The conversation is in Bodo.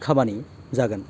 खामानि जागोन